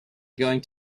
going